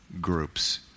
groups